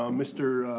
um mr.